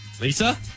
Lisa